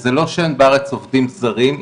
וזה לא שאין בארץ עובדים זרים,